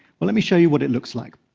well, let me show you what it looks like.